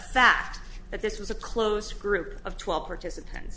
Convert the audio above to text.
fact that this was a closed group of twelve participants